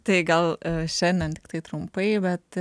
tai gal šiandien tiktai trumpai bet